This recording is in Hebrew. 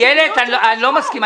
איילת, אני לא מסכים.